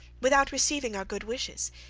without receiving our good wishes,